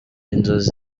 inzozi